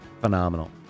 phenomenal